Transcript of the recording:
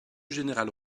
général